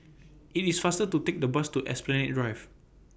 IT IS faster to Take The Bus to Esplanade Drive